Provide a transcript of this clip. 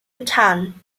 getan